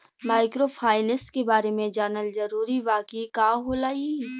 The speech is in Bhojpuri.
माइक्रोफाइनेस के बारे में जानल जरूरी बा की का होला ई?